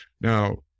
Now